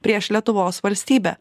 prieš lietuvos valstybę